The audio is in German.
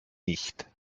nicht